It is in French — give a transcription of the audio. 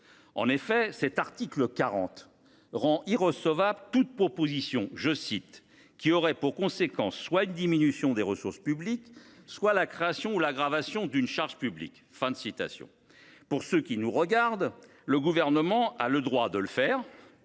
64 ans, puisqu’il rend irrecevable toute proposition dont l’adoption « aurait pour conséquence soit une diminution des ressources publiques, soit la création ou l’aggravation d’une charge publique ».